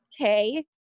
Okay